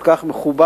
כל כך מכובד,